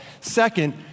Second